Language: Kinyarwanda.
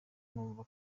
numva